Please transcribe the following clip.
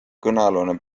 kõnealune